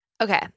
Okay